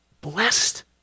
blessed